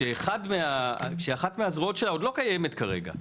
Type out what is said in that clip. שאחת מהזרועות שלה עוד לא קיימת כרגע,